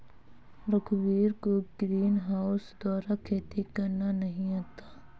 रघुवीर को ग्रीनहाउस द्वारा खेती करना नहीं आता है